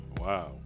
wow